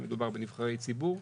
מדובר בנבחרי ציבור.